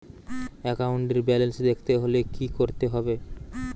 একাউন্টের ব্যালান্স দেখতে হলে কি করতে হবে?